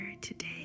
today